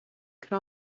can